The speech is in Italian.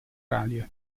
radio